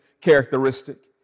characteristic